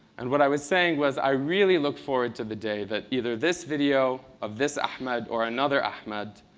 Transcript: and what i was saying was i really look forward to the day that either this video of this ahmed or another ahmed